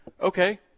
Okay